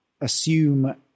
assume